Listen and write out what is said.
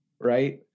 right